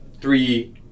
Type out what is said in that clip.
three